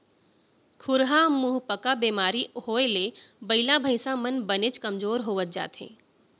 खुरहा मुहंपका बेमारी होए ले बइला भईंसा मन बनेच कमजोर होवत जाथें